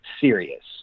serious